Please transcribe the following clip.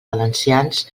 valencians